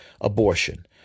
abortion